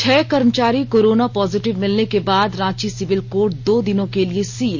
छह कर्मचारी corona positive मिलने के बाद रांची सिविल कोर्ट दो दिनों के लिए सील